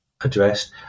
Addressed